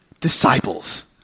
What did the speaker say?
disciples